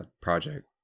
Project